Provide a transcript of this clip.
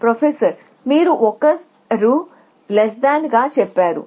ప్రొ మీరు ఒకరి గా చెప్పారు